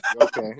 Okay